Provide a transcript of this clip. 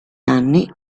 anni